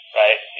right